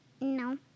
no